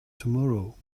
tomorrow